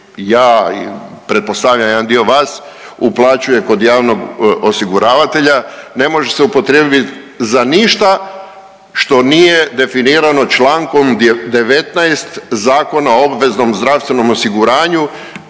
ja pretpostavljam jedan dio vas, uplaćuje kod javnog osiguravatelja, ne može se upotrijebiti za ništa što nije definirano čl. 19 Zakona o obveznom zdravstvenom osiguranju